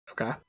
Okay